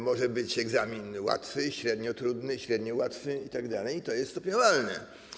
Może być egzamin łatwy, średnio trudny, średnio łatwy itd., to jest stopniowalne.